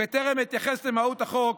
בטרם אתייחס למהות החוק,